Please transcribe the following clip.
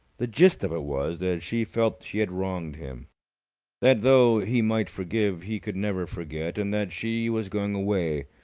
the gist of it was that she felt she had wronged him that, though he might forgive, he could never forget and that she was going away,